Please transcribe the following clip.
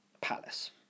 Palace